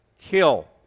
kill